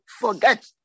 forget